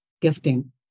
gifting